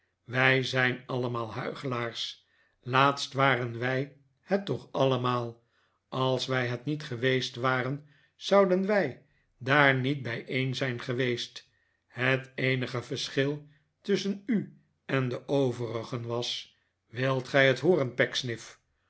wij zijn allemaal huichelaars laatst waren wij het toch allemaal als wij het niet geweest waren zouden wij daar niet bijeen zijn geweest het eenige verschil tusschen u en de overigen was wilt gij het hooren